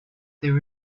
there